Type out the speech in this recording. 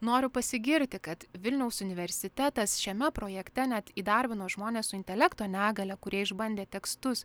noriu pasigirti kad vilniaus universitetas šiame projekte net įdarbino žmones su intelekto negalia kurie išbandė tekstus